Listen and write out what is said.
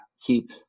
keep